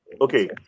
Okay